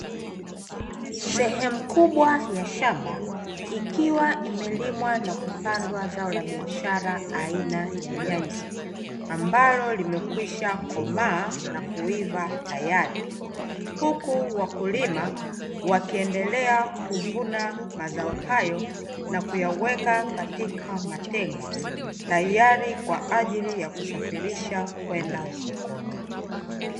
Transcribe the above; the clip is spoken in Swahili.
Sehemu kubwa ya shamba ikiwa imelimwa na kupandwa zao la biashara aina ya nyanya ambalo limekwisha komaa na kuiva tayari, huku wakulima wakiendelea kuvuna mazao hayo na kuyaweka katika matenga tayari kwa ajili ya kusafirisha kwenda sokoni.